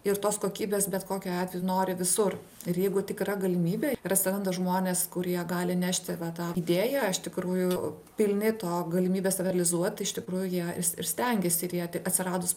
ir tos kokybės bet kokiu atveju nori visur ir jeigu tik yra galimybė ir atsiranda žmonės kurie gali nešti tą idėją iš tikrųjų pilni to galimybės realizuot iš tikrųjų jie ir ir stengiasi ir jie ti atsiradus